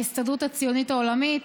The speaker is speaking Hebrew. ההסתדרות הציונית העולמית,